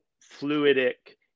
fluidic